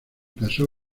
casó